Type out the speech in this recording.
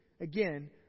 again